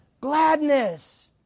Gladness